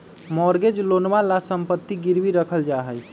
mortgage लोनवा ला सम्पत्ति गिरवी रखल जाहई